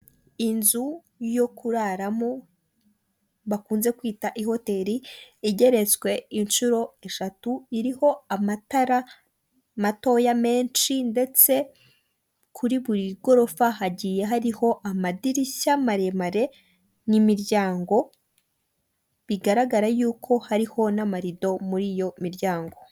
Inzu yo ku raramo bakunze kwita i hoteri, igeretswe inshuro eshatu, iriho amatara matoya menshi ndetse kuri buri gorofa hagiye hariho amadirishya maremare n'imiryango bigaragara yuko hariho n'amarido muri iyo miryango.